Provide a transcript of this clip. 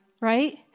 right